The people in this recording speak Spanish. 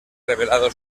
revelado